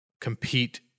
compete